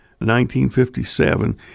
1957